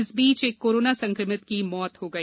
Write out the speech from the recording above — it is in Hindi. इस बीच एक कोरोना संक्रमित की मौत हो गई